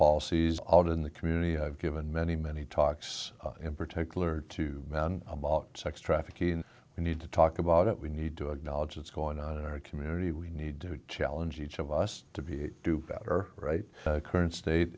policies out in the community given many many talks in particular to men about sex trafficking we need to talk about it we need to acknowledge it's going on in our community we need to challenge each of us to be better right current state